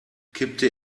kippte